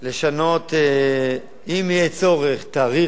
תאריך לבחירות בשלטון המקומי,